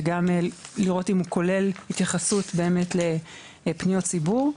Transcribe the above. לראות אם הוא כולל התייחסות לפניות ציבור,